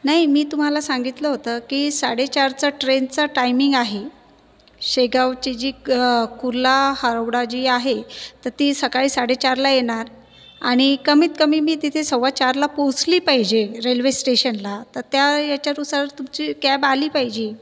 नाही मी तुम्हाला सांगितलं होतं की साडेचारचा ट्रेनचा टायमिंग आहे शेगावची जी कुर्ला हावडा जी आहे तर ती सकाळी साडेचारला येणार आणि कमीतकमी मी तिथे सव्वाचारला पोहचली पाहिजे रेल्वे स्टेशनला तर त्या याच्यानुसार तुमची कॅब आली पाहिजे